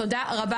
תודה רבה